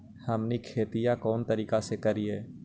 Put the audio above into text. हमनी खेतीया कोन तरीका से करीय?